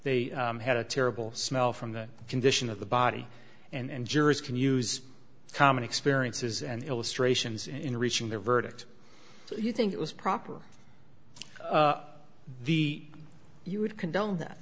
they had a terrible smell from the condition of the body and jurors can use common experiences and illustrations in reaching their verdict so you think it was proper the you would condone that